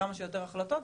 כמה שיותר החלטות,